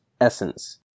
essence